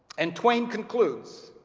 and twain concludes